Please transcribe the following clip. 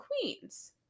queens